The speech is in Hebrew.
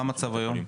מה המצב היום?